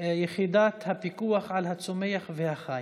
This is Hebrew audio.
יחידת הפיקוח על הצומח והחי.